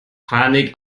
panik